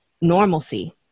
normalcy